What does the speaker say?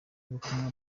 ubutumwa